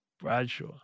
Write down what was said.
Bradshaw